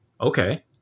okay